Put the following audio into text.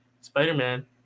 Spider-Man